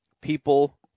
People